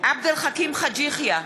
עבד אל חכים חאג' יחיא,